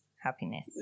happiness